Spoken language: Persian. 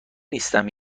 نیستم